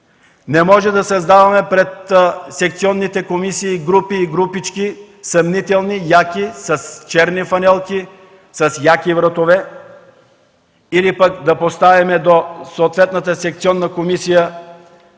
Не можем да създаваме пред секционните комисии групи и групички, съмнителни, яки, с черни фланелки, с яки вратове, или пък да поставим до съответната секционна комисия